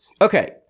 Okay